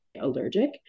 allergic